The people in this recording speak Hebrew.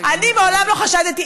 אני מעולם לא חשדתי,